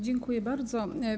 Dziękuję bardzo.